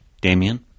Damien